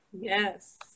Yes